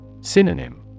Synonym